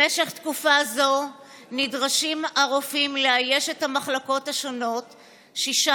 במשך תקופה זו נדרשים הרופאים לאייש את המחלקות השונות שישה